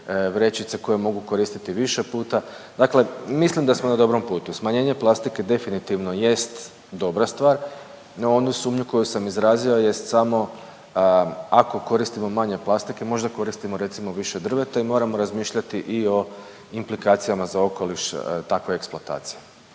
vrećice koje mogu koristiti više puta. Dakle, mislim da smo na dobrom putu. Smanjenje plastike definitivno jest dobra stvar, no onu sumnju koju sam izrazio jest samo ako koristimo manje plastike možda koristimo recimo više drveta i moramo razmišljati i o implikacijama za okoliš takve eksploatacije.